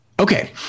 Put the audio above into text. Okay